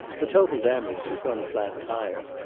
the total damage was one flat tire,